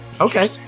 Okay